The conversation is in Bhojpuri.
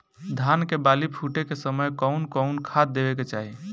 धान के बाली फुटे के समय कउन कउन खाद देवे के चाही?